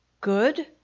Good